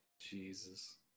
Jesus